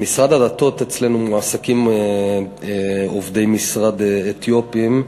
במשרד הדתות, אצלנו, מועסקים עובדי משרד אתיופים,